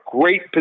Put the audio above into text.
great